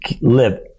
live